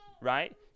right